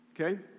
okay